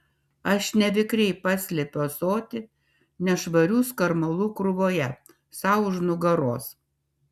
aš nevikriai paslepiu ąsotį nešvarių skarmalų krūvoje sau už nugaros